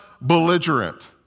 belligerent